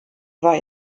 war